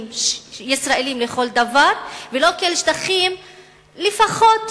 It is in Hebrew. ישראליים לכל דבר ולא כאל שטחים שנמצאים,